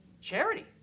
charity